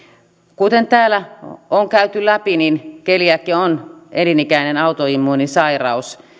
kuten täällä on käyty läpi keliakia on elinikäinen autoimmuunisairaus